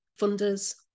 funders